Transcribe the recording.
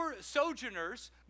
sojourners